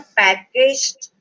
packaged